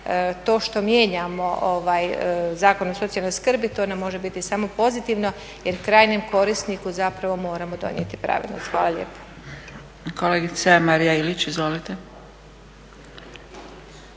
to što mijenjamo Zakon o socijalnoj skrbi to nam može biti samo pozitivno jer krajnjem korisniku moramo donijeti … Hvala lijepo. **Zgrebec, Dragica